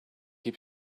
keep